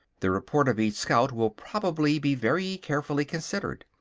the report of each scout will probably be very carefully considered.